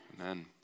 Amen